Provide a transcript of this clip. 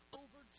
over